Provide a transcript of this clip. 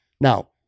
Now